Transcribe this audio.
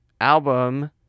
album